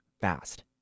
fast